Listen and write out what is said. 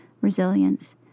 resilience